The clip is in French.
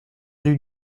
rue